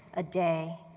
a day,